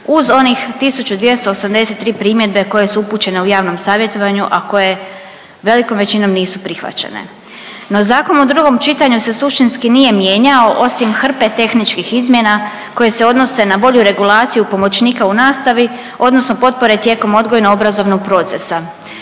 uz onih 1283. primjedbe koje su upućene u javnom savjetovanju a koje velikom većinom nisu prihvaćene. No zakon u drugom čitanju se suštinski nije mijenjao osim hrpe tehničkih izmjena koje se odnose na bolju regulaciju pomoćnika u nastavi, odnosno potpore tijekom odgojno-obrazovnog procesa.